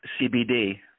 CBD